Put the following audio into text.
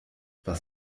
was